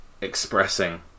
expressing